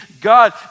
God